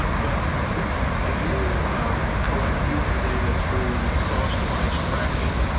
but and do you collect user data through cross-device tracking?